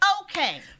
Okay